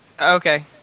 Okay